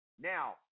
now